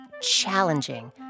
challenging